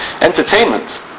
Entertainment